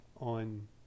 on